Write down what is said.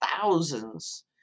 thousands